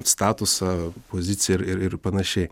statusą poziciją ir ir ir panašiai